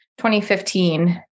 2015